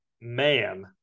man